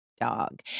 dog